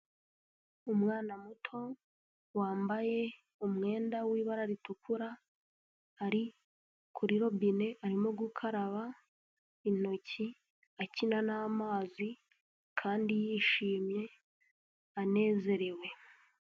Umwana muto wambaye umwenda w'ibara ritukura, ari kuri robine arimo gukaraba intoki, akina n'amazi kandi yishimye, anezerewe.